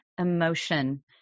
emotion